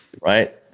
Right